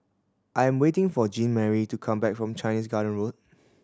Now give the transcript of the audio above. I am waiting for Jeanmarie to come back from Chinese Garden Road